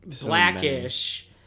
Blackish